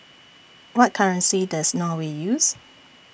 What currency Does Norway use